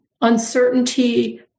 uncertainty